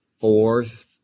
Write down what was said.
fourth